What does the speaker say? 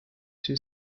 two